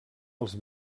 els